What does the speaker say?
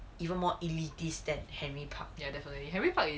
even more elitist than henry park